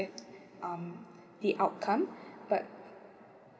with um the outcome but